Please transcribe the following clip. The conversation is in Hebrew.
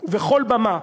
ובכל במה,